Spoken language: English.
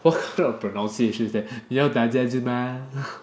what kind of pronounciation is that 你要打架是吗